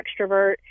extrovert